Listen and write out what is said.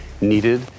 needed